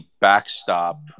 backstop